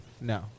No